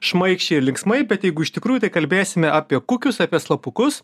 šmaikščiai ir linksmai bet jeigu iš tikrųjų tai kalbėsime apie kukius apie slapukus